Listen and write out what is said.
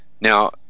Now